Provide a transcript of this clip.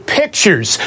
pictures